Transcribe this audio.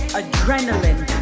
adrenaline